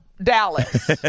Dallas